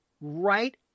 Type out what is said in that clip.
right